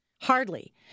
Hardly